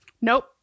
Nope